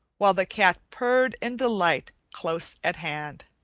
while the cat purred in delight close at hand.